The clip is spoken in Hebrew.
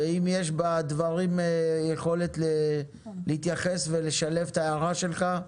ואם יש בדברים יכולת להתייחס ולשלב את ההערה שלך,